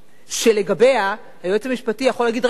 שלגביה היועץ המשפטי יכול להגיד: רגע,